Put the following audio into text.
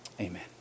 Amen